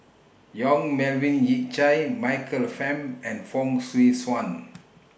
Yong Melvin Yik Chye Michael Fam and Fong Swee Suan